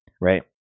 right